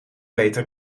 beter